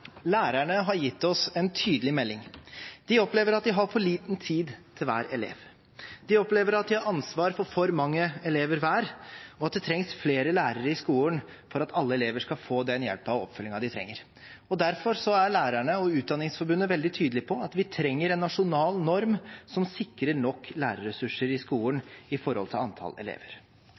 Lærerne har gitt oss en tydelig melding. De opplever at de har for liten tid til hver elev. De opplever at de har ansvar for for mange elever hver, og at det trengs flere lærere i skolen for at alle elever skal få den hjelpen og den oppfølgingen de trenger. Derfor er lærerne og Utdanningsforbundet veldig tydelige på at vi trenger en nasjonal norm som sikrer nok lærerressurser i skolen i forhold til antall elever.